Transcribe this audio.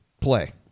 play